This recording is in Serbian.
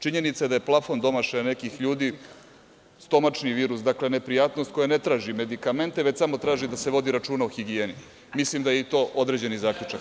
Činjenica da je plafon domašaj nekih ljudi, stomačni virus neprijatnost koja ne traži medikamente, već samo traži da se vodi računa o higijeni, mislim da je i to određeni zaključak.